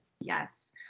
yes